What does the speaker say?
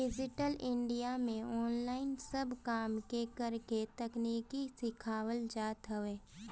digital India में online सब काम के करेके तकनीकी सिखावल जात हवे